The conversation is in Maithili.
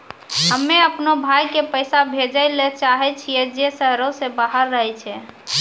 हम्मे अपनो भाय के पैसा भेजै ले चाहै छियै जे शहरो से बाहर रहै छै